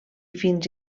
fins